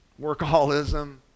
workaholism